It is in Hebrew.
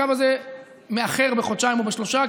הקו הזה מאחר בחודשיים או שלושה,